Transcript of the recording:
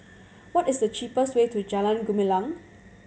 what is the cheapest way to Jalan Gumilang